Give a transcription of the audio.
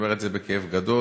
אני אומר את זה בכאב גדול.